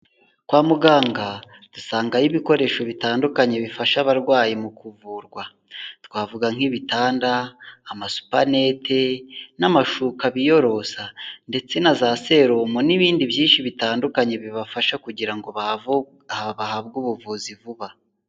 Kwa muganga dusangayo ibikoresho bitandukanye bifasha abarwayi mu kuvurwa, twavuga nk'ibitanda amasupanete, n'amashuka biyorosa ndetse na za serumo n'ibindi byinshi bitandukanye bibafasha, kugira ngo bahabwe ubuvuzi vuba.